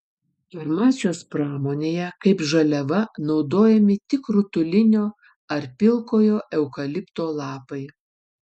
farmacijos pramonėje kaip žaliava naudojami tik rutulinio ar pilkojo eukalipto lapai